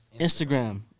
Instagram